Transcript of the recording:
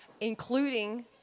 including